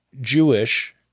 jewish